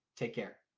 take care.